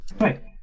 Right